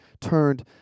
turned